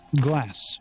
glass